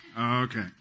Okay